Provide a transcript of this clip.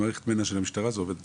מערכת מנ"ע של המשטרה זה עובד מצוין.